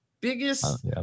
Biggest